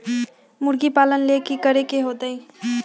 मुर्गी पालन ले कि करे के होतै?